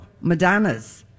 Madonna's